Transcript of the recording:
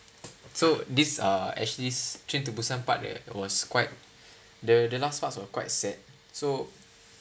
so this uh actually train to busan part there was quite the the last part was quite sad so